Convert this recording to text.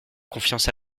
confiance